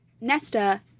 Nesta